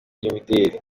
by’imideli